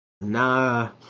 nah